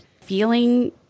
feeling